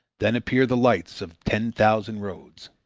then appear the lights of ten thousand roads.